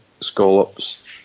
scallops